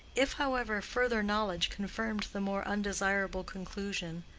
if, however, further knowledge confirmed the more undesirable conclusion,